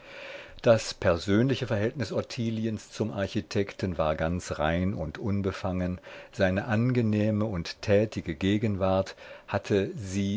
das persönliche verhältnis ottiliens zum architekten war ganz rein und unbefangen seine angenehme und tätige gegenwart hatte sie